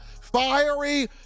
fiery